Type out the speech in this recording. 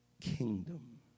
kingdom